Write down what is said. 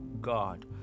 God